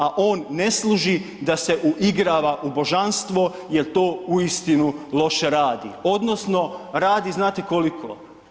A on ne služi da se uigrava u božanstvo jel to uistinu loše radi odnosno radi znate koliko?